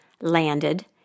landed